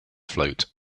float